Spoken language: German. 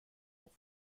auf